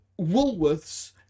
Woolworths